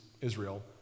Israel